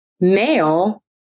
male